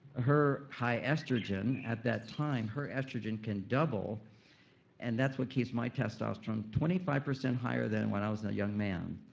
her high estrogen, at that time, her estrogen can double and that's what keeps my testosterone twenty five percent higher than when i was and a young man.